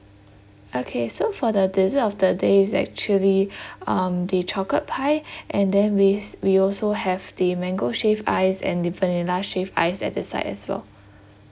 okay so for the dessert of the day is actually um the chocolate pie and then we we also have the mango shaved ice and the vanilla shaved ice at the side as well